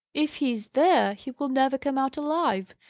if he is there, he will never come out alive!